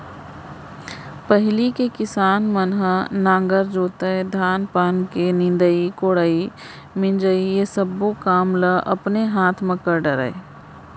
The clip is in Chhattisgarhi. पहिली के किसान मन ह नांगर जोतय, धान पान के निंदई कोड़ई, मिंजई ये सब्बो काम ल अपने हाथ म कर डरय